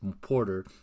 Porter